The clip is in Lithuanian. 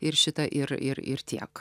ir šitą ir ir ir tiek